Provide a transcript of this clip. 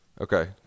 Okay